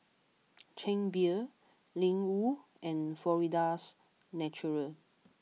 Chang Beer Ling Wu and Florida's Natural